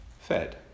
fed